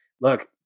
Look